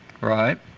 Right